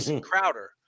Crowder